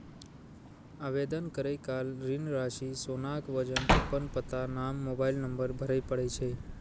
आवेदन करै काल ऋण राशि, सोनाक वजन, अपन पता, नाम, मोबाइल नंबर भरय पड़ै छै